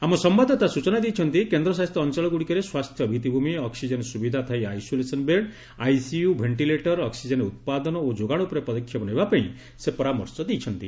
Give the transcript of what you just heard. ଆମ ସମ୍ଭାଦଦାତା ସୂଚନା ଦେଇଛନ୍ତି କେନ୍ଦ୍ରଶାସିତ ଅଞ୍ଚଳଗୁଡ଼ିକରେ ସ୍ୱାସ୍ଥ୍ୟ ଭିଭିଭୂମି ଅକ୍ୱିଜେନ୍ ସୁବିଧା ଥାଇ isolation bed ICU ventilator oxygen ଉତ୍ପାଦନ ଓ ଯୋଗାଣ ଉପରେ ପଦକ୍ଷେପ ନେବାପାଇଁ ସେ ପରାମର୍ଶ ଦେଇଛନ୍ତି